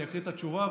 אני אקריא את התשובה,